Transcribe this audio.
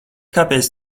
kāpēc